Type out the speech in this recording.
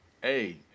Hey